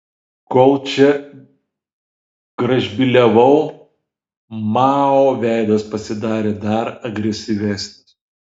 kol čia gražbyliavau mao veidas pasidarė dar agresyvesnis